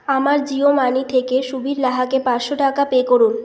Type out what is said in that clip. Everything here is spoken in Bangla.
আমার জিও মানি থেকে সুবীর লাহাকে পাঁচশো টাকা পে করুন